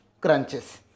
crunches